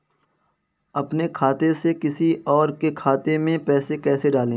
अपने खाते से किसी और के खाते में पैसे कैसे डालें?